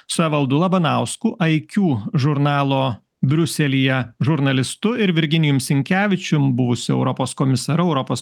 su evaldu labanausku iq žurnalo briuselyje žurnalistu ir virginijum sinkevičium buvusiu europos komisaru europos